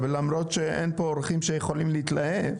למרות שאין פה אורחים שיכולים להתלהב.